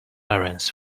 irons